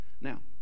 Now